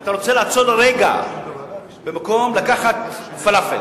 אתה רוצה לעצור רגע במקום, לקחת פלאפל.